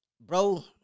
bro